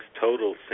total